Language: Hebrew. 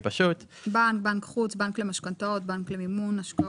בנק, בנק חוץ, בנק למשכנתאות, בנק למימון השקעות.